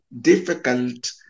difficult